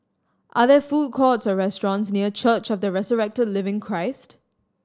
are there food courts or restaurants near Church of the Resurrected Living Christ